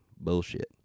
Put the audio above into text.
Bullshit